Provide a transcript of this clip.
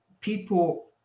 people